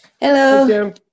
hello